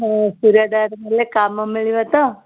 ହଁ ସୁରାଟ ଆଡ଼େ ଗଲେ କାମ ମିଳିବ ତ